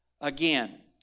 again